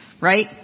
right